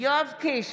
יואב קיש,